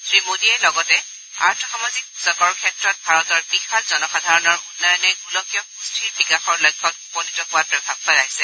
শ্ৰীমোডীয়ে লগতে আৰ্থ সামাজিক সূচকৰ ক্ষেত্ৰত ভাৰতৰ বিশাল জনসাধাৰণৰ উন্নয়নে গোলকীয় সুস্থিৰ বিকাশৰ লক্ষ্যত উপনীত হোৱাত প্ৰভাৱ পেলাইছে